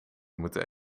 moeten